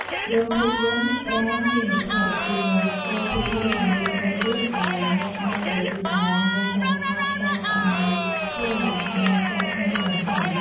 រោងភាពយន្ត ប្រែមស៊ីនេផ្លិច (Prime Cineplex) ជារោងភាពយន្តទំនើបមួយទៀតដែលអ្នកអាចទៅទស្សនា នៅសាខា ផ្សារសម័យ សឃ្វែរ (Square) និងសាខា ចោមចៅ។